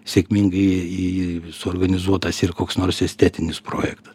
sėkmingai į suorganizuotas ir koks nors estetinis projektas